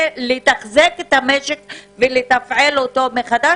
לתחזק את המשק ולתפעל אותו מחדש,